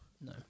No